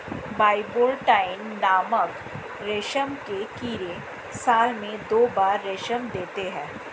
bivoltine नामक रेशम के कीड़े साल में दो बार रेशम देते है